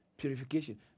Purification